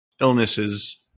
illnesses